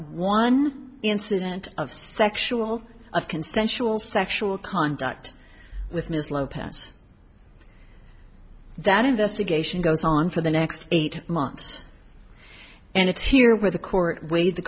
one incident of sexual a consensual sexual conduct with ms lo past that investigation goes on for the next eight months and it's here where the court weighed the